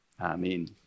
Amen